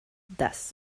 das